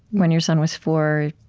when your son was four,